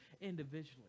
individually